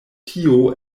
tio